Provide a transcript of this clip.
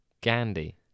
Gandhi